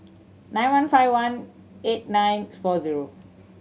nine one five one eight nine four zero